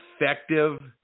effective